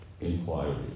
inquiry